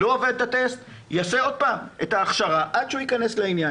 לא עובר את הטסט יעשה עוד פעם את ההכשרה עד שהוא ייכנס לעניין.